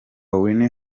whitney